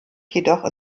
jedoch